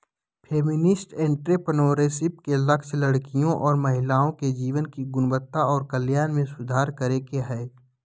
feminist entrepreneurship के लक्ष्य लड़कियों और महिलाओं के जीवन की गुणवत्ता और कल्याण में सुधार करे के हय